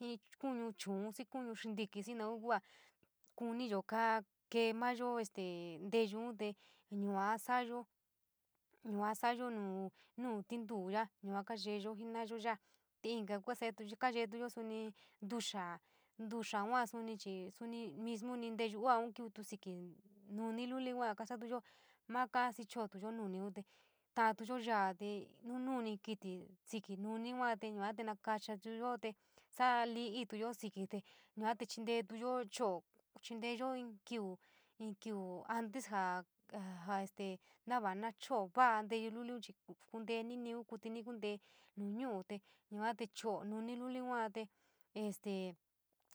Jin kuñu chuun, xii kuñu xintíkí, xii naun kua kuniyo ka ke mayo este nteeyunte yua sa’ayo, yua sa’ayo nuu tinduu yaa yua kayeyo jena’aya ya’a, te inkatu kayetuyo suni, ntuyaa, ntuyaa yua suni chii suni mismu ni nteyuu uuan kivitu síkí nuni luliun kasatuyo maa kasicho’otoyo nuniun taantuyo yaa te nu nuni kítí síkí nuní yua te nakayo saa líí iituyo síkí te yua te chintetuyo cho’o, chintetuyo in kiu antes jaa. jaa este nava naa choo vaa nteyu luliun chii kuntee ni niuu kuitini kuntee nuu ñu’ute yuate cho’o nuni luli yuaate este